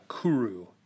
Kuru